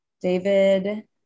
David